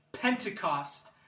Pentecost